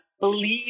believe